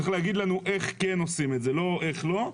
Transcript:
צריך להגיד לנו איך כן עושים את זה, לא איך לא.